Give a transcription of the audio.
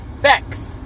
Facts